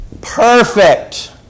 Perfect